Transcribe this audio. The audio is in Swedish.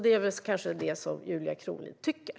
Det är kanske det som Julia Kronlid tycker.